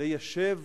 ליישב